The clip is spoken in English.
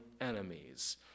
enemies